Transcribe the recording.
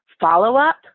follow-up